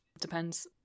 Depends